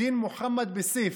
"דין מוחמד בסיף",